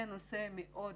זה נושא מאוד